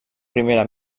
primera